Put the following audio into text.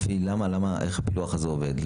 איך הפילוח הזה עובד?